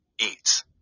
eats